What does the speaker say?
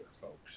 folks